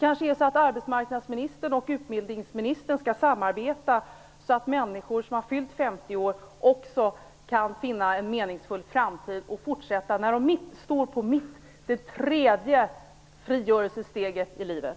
Kanske arbetsmarknadsministern och utbildningsministern skall samarbeta så att också människor som har fyllt 50 år kan finna en meningsfull framtid och gå vidare när de står vid det tredje frigörelsesteget i livet.